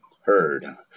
heard